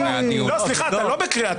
הדיון הזה הוא לא לגיטימי.